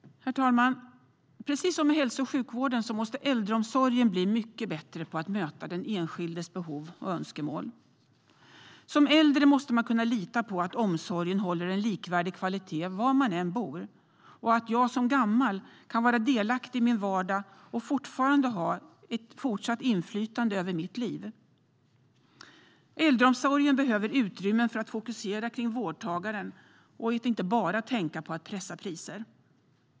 Herr talman! Precis som med hälso och sjukvården måste äldreomsorgen bli mycket bättre på att möta den enskildes behov och önskemål. Som äldre måste man kunna lita på att omsorgen håller en likvärdig kvalitet var man än bor och att jag som gammal kan vara delaktig i min vardag och ha ett fortsatt inflytande över mitt liv. Äldreomsorgen behöver utrymmen för att fokusera kring vårdtagaren och inte bara tänka på att pressa priser.